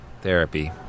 Therapy